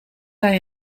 hij